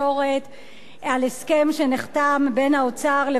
על הסכם שנחתם בין האוצר לבין ההסתדרות,